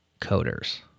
coders